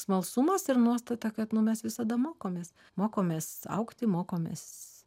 smalsumas ir nuostata kad nu mes visada mokomės mokomės augti mokomės